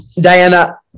diana